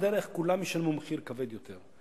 בדרך כולם ישלמו מחיר כבד יותר.